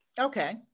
okay